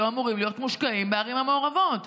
היו אמורים להיות מושקעים בערים המעורבות,